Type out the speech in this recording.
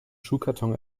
schuhkarton